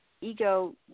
ego